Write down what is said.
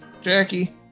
Jackie